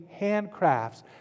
handcrafts